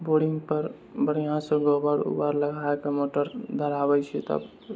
बोरिंगपर बढ़िआँसँ गोबर उबर लगाके मोटर धराबय छियै तब